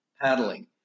paddling